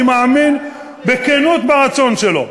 אני מאמין בכנות ברצון שלו.